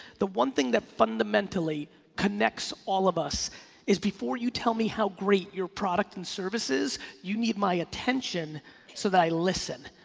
the one thing that fundamentally connects all of us is before you tell me how great your product and service is, you need my attention so that i listen.